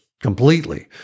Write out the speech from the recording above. completely